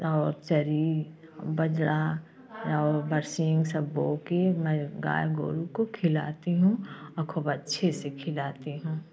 और चरी बाजरा और बरसिम सब बो के मैं गाय गौरु को खिलाती हूँ और खूब अच्छे से खिलाती हूँ